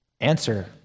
answer